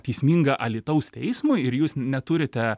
teisminga alytaus teismui ir jūs neturite